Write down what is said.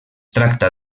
tracta